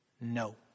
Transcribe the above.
No